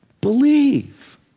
believe